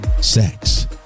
sex